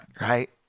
right